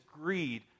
greed